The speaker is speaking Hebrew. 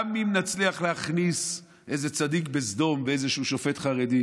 גם אם נצליח להכניס איזה צדיק בסדום ואיזשהו שופט חרדי,